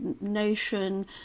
nation